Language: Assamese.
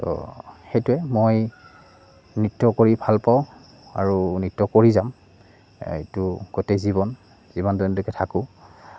তো সেইটোৱে মই নৃত্য কৰি ভাল পাওঁ আৰু নৃত্য কৰি যাম এইটো গোটেই জীৱন জীৱনটোলৈকে থাকোঁ